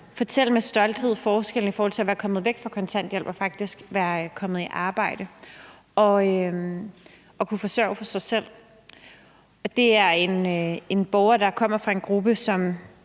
fortælle med stolthed om forskellene i forhold til at være kommet væk fra kontanthjælp og faktisk være kommet i arbejde og kunne forsørge sig selv. Det er en borger, der kommer fra en gruppe,